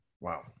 Wow